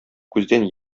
күздән